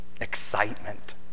excitement